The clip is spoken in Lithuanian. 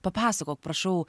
papasakok prašau